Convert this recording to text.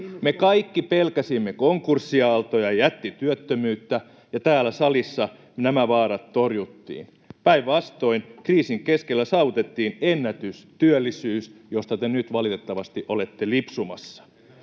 Me kaikki pelkäsimme konkurssiaaltoja ja jättityöttömyyttä, ja täällä salissa nämä vaarat torjuttiin. Päinvastoin kriisin keskellä saavutettiin ennätystyöllisyys, josta te nyt valitettavasti olette lipsumassa.